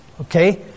Okay